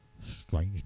Strange